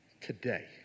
today